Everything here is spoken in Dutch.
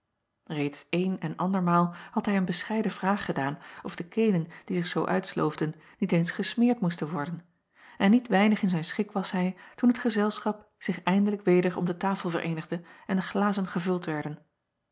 eeds een en andermaal had hij een bescheiden acob van ennep laasje evenster delen vraag gedaan of de kelen die zich zoo uitsloofden niet eens gesmeerd moesten worden en niet weinig in zijn schik was hij toen het gezelschap zich eindelijk weder om de tafel vereenigde en de glazen gevuld werden